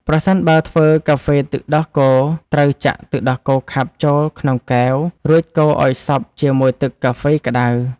ប្រសិនបើធ្វើកាហ្វេទឹកដោះគោ ត្រូវចាក់ទឹកដោះគោខាប់ចូលក្នុងកែវ រួចកូរឱ្យសព្វជាមួយទឹកកាហ្វេក្ដៅ។